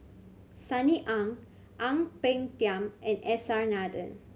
Sunny Ang Ang Peng Tiam and S R Nathan